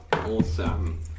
Awesome